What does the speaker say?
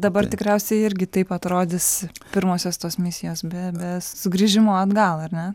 dabar tikriausiai irgi taip atrodys pirmosios tos misijos be be sugrįžimo atgal ar ne